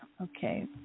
Okay